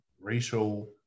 racial